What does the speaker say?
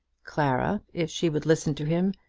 clara, if she would listen to him,